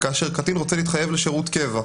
כאשר קטין רוצה להתחייב לשירות קבע.